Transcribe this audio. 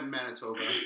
Manitoba